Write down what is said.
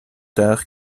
tard